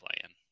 playing